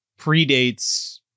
predates